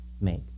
make